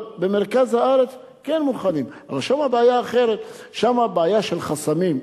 במדינת ישראל אחר כך מחפשים אשמים,